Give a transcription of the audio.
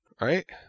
right